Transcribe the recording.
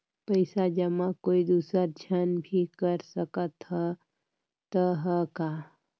पइसा जमा कोई दुसर झन भी कर सकत त ह का?